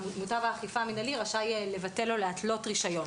מוטה האכיפה המינהלי רשאי לבטל או להתלות רישיון.